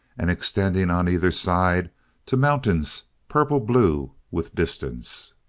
and extending on either side to mountains purple-blue with distance.